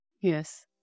Yes